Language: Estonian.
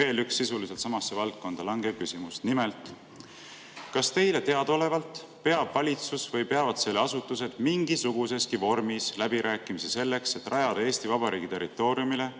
veel üks sisuliselt samasse valdkonda langev küsimus. Nimelt, kas teile teada olevalt peab valitsus või peavad selle asutused mingisuguseski vormis läbirääkimisi selleks, et rajada Eesti Vabariigi territooriumile,